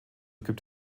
gibt